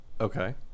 Okay